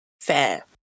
fair